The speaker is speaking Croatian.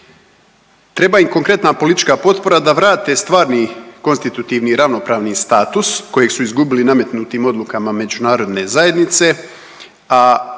Treba im konkretna politička potpora da vrate stvarni konstitutivni i ravnopravni status kojeg su izgubili nametnim odlukama međunarodne zajednice,